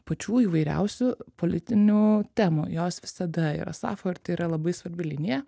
pačių įvairiausių politinių temų jos visada yra safo ir tai yra labai svarbi linija